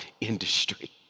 industry